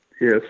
Yes